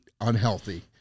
unhealthy